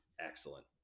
excellent